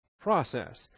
process